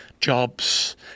jobs